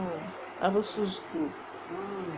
அரசு:arasu school